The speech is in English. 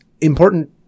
important